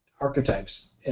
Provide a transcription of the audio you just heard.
Archetypes